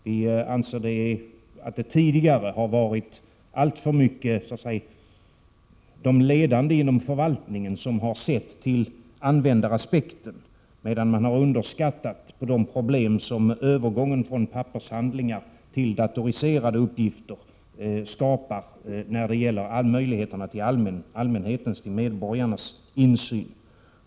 Vi anser att det tidigare alltför mycket har varit de ledande inom förvaltningen som har sett till användaraspekter, medan man underskattat de problem som övergången från pappers Prot. 1987/88:122 handlingar till databaserade uppgifter skapar när det gäller möjligheter för medborgarna att få insyn.